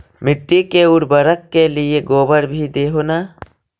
मिट्टी के उर्बरक के लिये गोबर भी दे हो न?